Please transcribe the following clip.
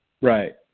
Right